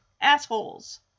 assholes